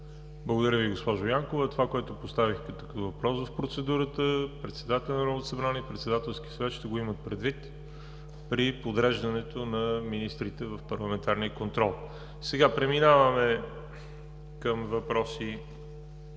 Благодаря Ви, госпожо Янкова. Това, което представихте като въпрос в процедурата, председателят на Народното събрание и Председателският съвет ще го имат предвид при подреждането на министрите в парламентарния контрол. Сега преминаваме към въпроси